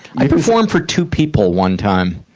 i performed for two people one time,